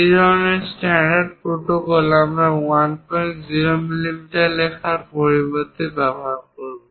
সেই ধরণের standard protocol আমরা 10 মিমি লেখার পরিবর্তে ব্যবহার করব